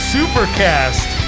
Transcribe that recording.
Supercast